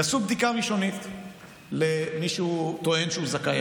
יעשו בדיקה ראשונית למי שטוען שהוא זכאי